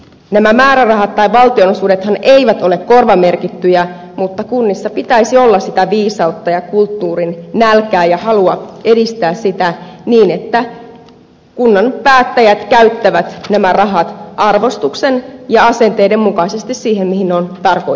nämä määrärahat tai valtionosuudethan eivät ole korvamerkittyjä mutta kunnissa pitäisi olla sitä viisautta ja kulttuurin nälkää ja halua edistää kulttuuria niin että kunnan päättäjät käyttävät nämä rahat arvostuksen ja asenteiden mukaisesti siihen mihin ne on tarkoitettukin